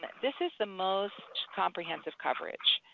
this is the most comprehensive coverage.